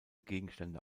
gegenstände